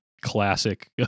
classic